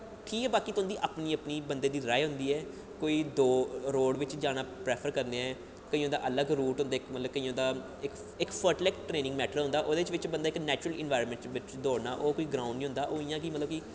ठीक ऐ तुंदी बाकी अपनी अपनी बंदे दी राए होंदी ऐ कोई दो रोड़ बिच्च जाना प्रैफर करदा ऐ केइयें दा अलग रूट होंदा मतलब कि केइयें दा इक प्रफैक्ट ट्रेनिग मैट्टर होंदा ओह्दे बिच्च बंदा नैचुर्ल बिच्च दौड़ना ओह् ग्राउंड़ निं होंदा ओह् मतलब कि इ'यां